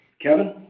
Kevin